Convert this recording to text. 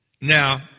Now